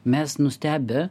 mes nustebę